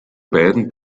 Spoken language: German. beiden